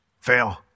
fail